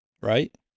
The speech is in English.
right